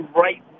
right